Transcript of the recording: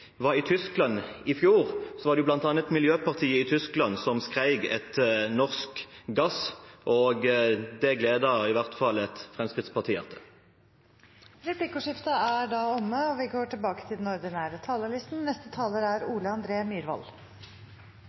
var i Tyskland i fjor, var det bl.a. miljøpartiet i Tyskland som skrek etter norsk gass, og det gleder i hvert fall et Fremskrittsparti-hjerte. Replikkordskiftet er omme. Verden har enorme klimautfordringer. Det hersker det ingen tvil om. Og vi er